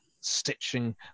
stitching